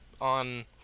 on